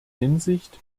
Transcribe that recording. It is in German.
hinsicht